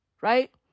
Right